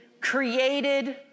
created